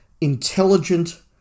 intelligent